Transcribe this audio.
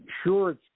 sure